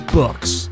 books